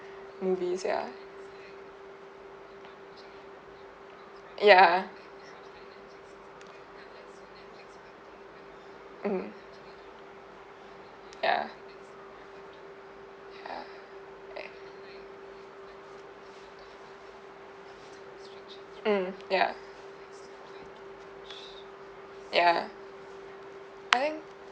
movies ya ya mmhmm ya ya I mm ya ya I think